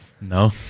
No